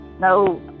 No